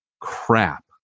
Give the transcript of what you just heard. crap